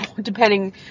depending